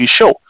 show